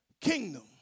kingdom